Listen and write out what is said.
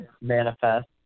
manifest